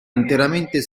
interamente